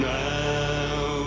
now